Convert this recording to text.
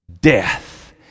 Death